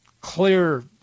clear